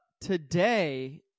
today